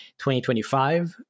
2025